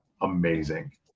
amazing